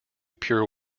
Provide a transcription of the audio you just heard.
pure